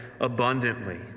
abundantly